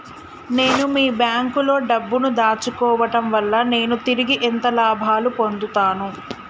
నేను మీ బ్యాంకులో డబ్బు ను దాచుకోవటం వల్ల నేను తిరిగి ఎంత లాభాలు పొందుతాను?